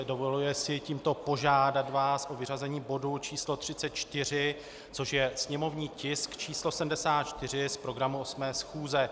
Dovoluje si tímto požádat vás o vyřazení bodu číslo 34, což je sněmovní tisk číslo 74, z programu 8. schůze.